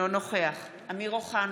אינו נוכח אמיר אוחנה,